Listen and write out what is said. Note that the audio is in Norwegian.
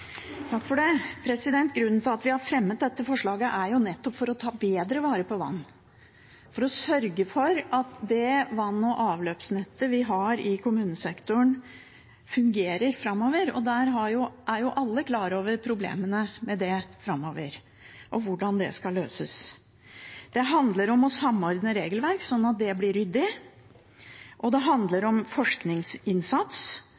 nettopp å ta bedre vare på vann og å sørge for at det vann- og avløpsnettet vi har i kommunesektoren, fungerer framover. Alle er klar over problemene med det framover, og hvordan det skal løses. Det handler om å samordne regelverk, sånn at det blir ryddig, og det